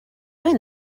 doing